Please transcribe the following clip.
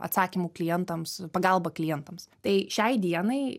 atsakymų klientams pagalbą klientams tai šiai dienai